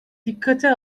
dikkate